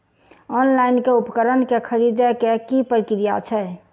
Online मे उपकरण केँ खरीदय केँ की प्रक्रिया छै?